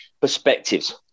perspectives